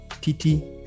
Titi